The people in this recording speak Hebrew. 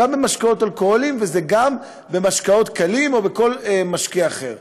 זה גם במשקאות אלכוהוליים וזה גם במשקאות קלים ובכל משקה אחר.